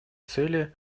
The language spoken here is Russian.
цели